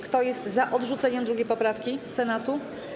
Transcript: Kto jest za odrzuceniem 2. poprawki Senatu?